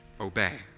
obey